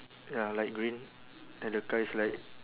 ya light green then the car is like